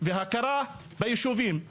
והכרה בישובים,